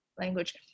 language